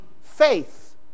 faith